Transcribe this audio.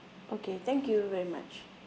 okay thank you very much